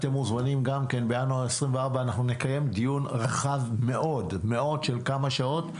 אתם מוזמנים גם כן בינואר 24. אנחנו נקיים דיון רחב מאוד של כמה שעות.